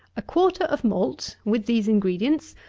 a quarter of malt, with these ingredients,